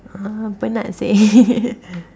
!huh! penat seh